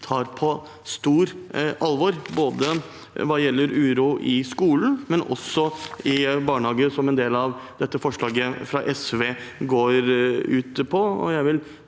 tar på stort alvor hva gjelder uro både i skolen og i barnehagen, som en del av dette forslaget fra SV går ut på.